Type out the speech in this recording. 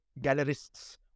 gallerists